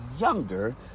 Younger